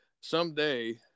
someday